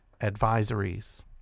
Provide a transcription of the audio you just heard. advisories